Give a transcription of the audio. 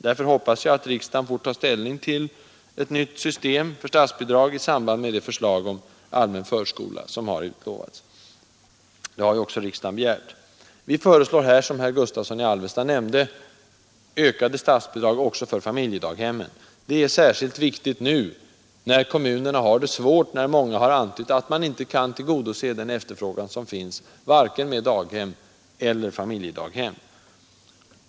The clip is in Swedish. Därför hoppas jag att riksdagen får ta ställning till ett nytt system för statsbidrag i samband med det förslag om allmän förskola som har utlovats. Det har ju också riksdagen begärt. Vi föreslår här, som herr Gustavsson i Alvesta nämnde, ökade statsbidrag också för familjedaghemmen. Det är särskilt viktigt nu när kommunerna har det svårt och när många har antytt att man inte kan tillgodose den efterfrågan som finns, vare sig i fråga om daghem eller familjedaghem.